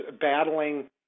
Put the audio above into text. battling